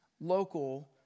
local